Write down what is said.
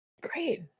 Great